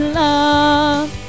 love